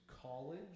college